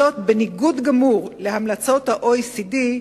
זאת בניגוד גמור להמלצות ה-OECD,